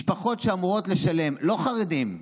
משפחות שאמורות לשלם, לא חרדים,